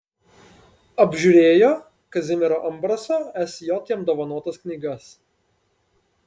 apžiūrėjo kazimiero ambraso sj jam dovanotas knygas